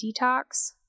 detox